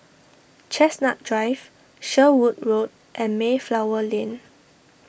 Chestnut Drive Sherwood Road and Mayflower Lane